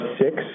six